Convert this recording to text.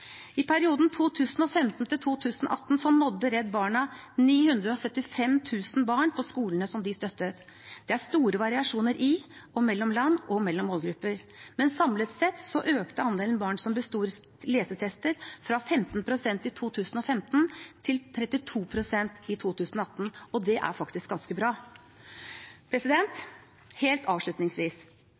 I perioden 2015–2018 nådde Redd Barna 975 000 barn på skolene de støttet. Det er store variasjoner i og mellom land og mellom målgrupper, men samlet sett økte andelen barn som besto lesetester, fra 15 pst. i 2015 til 32 pst. i 2018, og det er ganske bra. Helt avslutningsvis: